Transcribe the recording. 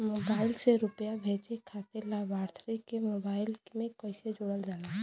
Mobile से रूपया भेजे खातिर लाभार्थी के मोबाइल मे कईसे जोड़ल जाला?